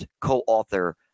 co-author